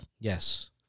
Yes